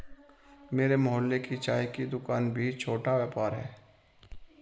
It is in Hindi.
मेरे मोहल्ले की चाय की दूकान भी छोटा व्यापार है